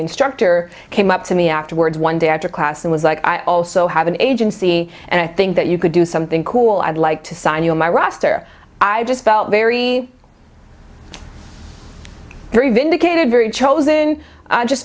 instructor came up to me afterwards one day after class and was like i also have an agency and i think that you could do something cool i'd like to sign you in my roster i just felt very very vindicated very chosen just